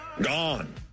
Gone